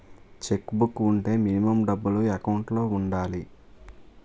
Check book వుంటే minimum డబ్బులు account లో ఉండాలి?